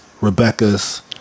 Rebecca's